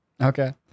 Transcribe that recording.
Okay